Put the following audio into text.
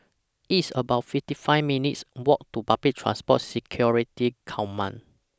It's about fifty five minutes' Walk to Public Transport Security Command